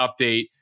Update